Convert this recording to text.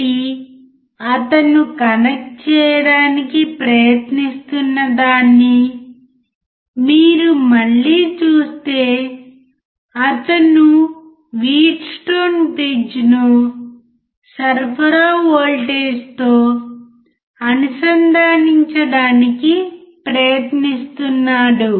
కాబట్టి అతను కనెక్ట్ చేయడానికి ప్రయత్నిస్తున్న దాన్ని మీరు మళ్ళీ చూస్తే అతను వీట్స్టోన్ బ్రిడ్జ్ను సరఫరా వోల్టేజ్తో అనుసంధానించడానికి ప్రయత్నిస్తున్నాడు